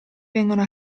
vengono